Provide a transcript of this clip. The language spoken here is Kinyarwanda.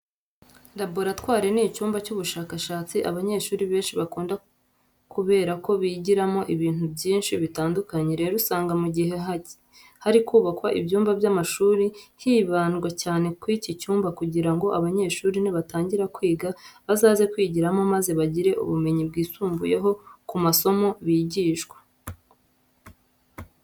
Laboratwari ni icyumba cy'ubushakashatsi abanyeshuri benshi bakunda kubera ko bigiramo ibintu byinshi bitandukanye. Rero usanga mu gihe hari kubakwa ibyumba by'amashuri hibandwa cyane kuri iki cyumba kugira ngo abanyeshuri nibatangira kwiga bazaze kwigiramo maze bagire ubumenyi bwisumbuyeho ku masomo bigishwa.